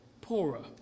poorer